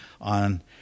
on